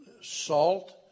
salt